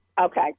Okay